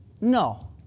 No